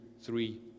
three